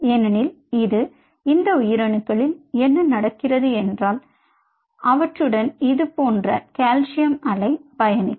ஏனெனில் இது இந்த உயிரணுக்களில் என்ன நடக்கிறது என்றால் அவற்றுடன் இது போன்ற கால்சியம் அலை பயணிக்கும்